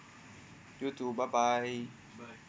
you too bye bye